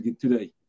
today